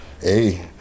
Hey